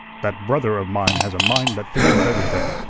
that brother of mine has a mind that thinks of everything.